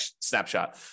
snapshot